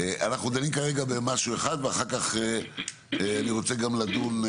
אנחנו דנים כרגע במשהו אחד ואחר כך אני רוצה גם לדון,